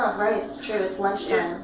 right. it's true. it's lunchtime,